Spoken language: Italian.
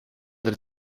del